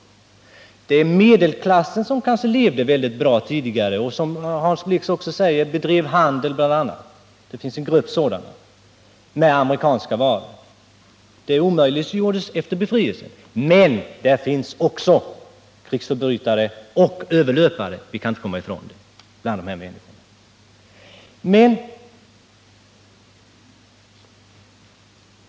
Båtfolket kommer från medelklassen, som tidigare levde mycket bra och som bl.a. bedrev handel med amerikanska varor. Detta omöjliggjordes efter befrielsen. Men bland dem finns också krigsförbrytare och överlöpare —- det kan man inte komma ifrån.